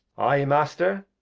i, master.